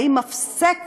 האם מפסק